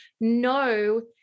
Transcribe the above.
no